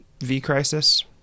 V-Crisis